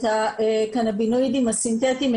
את הקנבינואידים הסינטטיים,